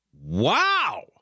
wow